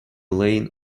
lane